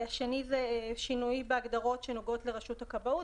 השני זה שינוי בהגדרות שנוגעות לרשות הכבאות,